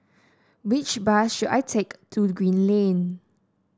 which bus should I take to Green Lane